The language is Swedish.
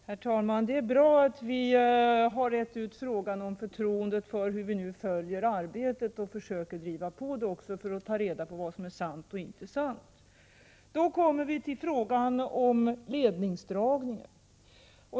Herr talman! Det är bra att vi har rett ut frågan om förtroendet för det sätt på vilket arbetet följs och hur vi försöker driva på detta arbete för att fastställa vad som är sant och inte sant. Då kommer vi till frågan om ledningsdragningen.